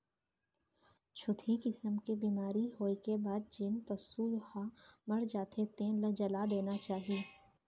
छुतही किसम के बेमारी होए के बाद जेन पसू ह मर जाथे तेन ल जला देना चाही